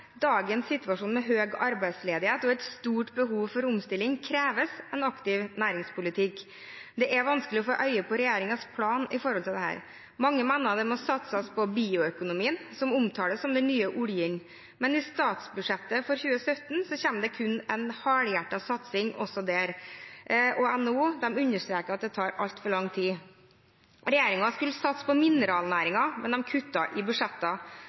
Dagens situasjon med høy arbeidsledighet og et stort behov for omstilling krever en aktiv næringspolitikk. Det er vanskelig å få øye på regjeringens plan med hensyn til dette. Mange mener at det må satses på bioøkonomi, som omtales som den nye oljen, men i statsbudsjettet for 2017 kommer det kun en halvhjertet satsing også der. NHO understreker at det tar altfor lang tid. Regjeringen skulle satse på mineralnæringen, men de kuttet i